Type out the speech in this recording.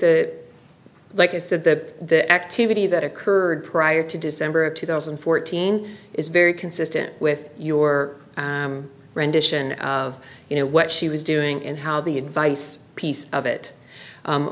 that like i said that the activity that occurred prior to december of two thousand and fourteen is very consistent with your rendition of you know what she was doing and how the advice piece of it